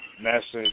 message